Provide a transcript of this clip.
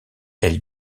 elle